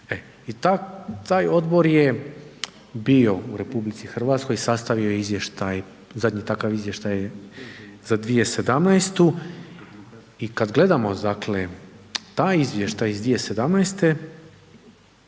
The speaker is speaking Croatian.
I taj odbor je bio u RH i sastavio je takav izvještaj, zadnji takav izvještaj je za 2017. i kada gledamo taj izvještaj za 2017.